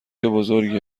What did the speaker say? بزرگی